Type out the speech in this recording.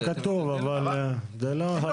אבל לא, זה לא כתוב.